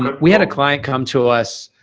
but we had a client come to us